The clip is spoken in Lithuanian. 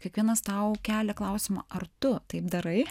kiekvienas tau kelia klausimą ar tu taip darai